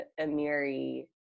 Amiri